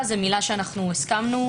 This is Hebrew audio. מה שהוועדה תקבע,